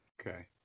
Okay